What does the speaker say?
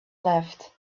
left